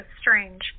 strange